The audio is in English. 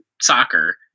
soccer